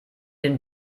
den